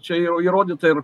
čia jau įrodyta ir